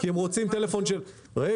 כי הם רוצים טלפון ------ רגע.